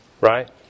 Right